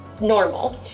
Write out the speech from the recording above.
normal